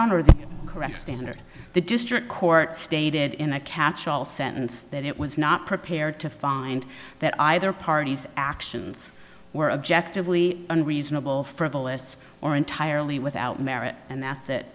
or the correct standard the district court stated in a catchall sentence that it was not prepared to find that either party's actions were objectively unreasonable frivolous or entirely without merit and that's